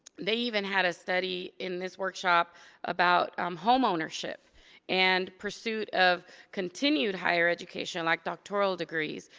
they even had a study in this workshop about um home ownership and pursuit of continued higher education, like doctoral degrees.